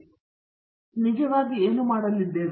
ಆದ್ದರಿಂದ ನಾವು ನಿಜವಾಗಿ ಏನು ಮಾಡಲಿದ್ದೇವೆ